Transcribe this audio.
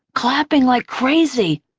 clapping like crazy.